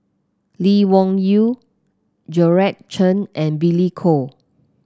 Lee Wung Yew Georgette Chen and Billy Koh